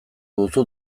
duzu